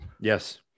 Yes